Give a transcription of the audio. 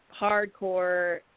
hardcore